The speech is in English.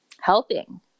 helping